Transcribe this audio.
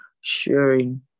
sharing